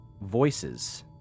Voices